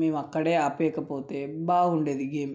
మేము అక్కడే ఆపేయకపోతే బాగుండేది గేమ్